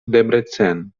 debrecen